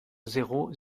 zéro